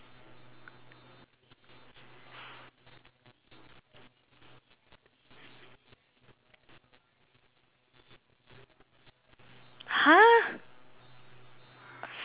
!huh!